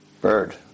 Bird